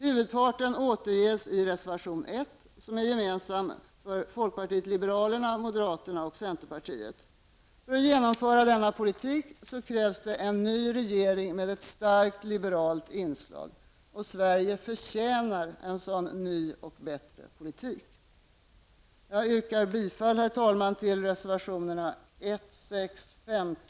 Huvudparten återges i reservation 1, som är gemensam för folkpartiet liberalerna, moderaterna och centerpartiet. För att genomföra denna politik krävs det en ny regering med ett starkt liberalt inslag. Sverige förtjänar en sådan ny och bättre politik. Herr talman! Jag yrkar bifall till reservationerna 1,